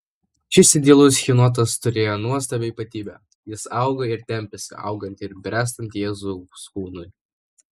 šis idealus chitonas turėjo nuostabią ypatybę jis augo ir tempėsi augant ir bręstant jėzaus kūnui